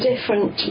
different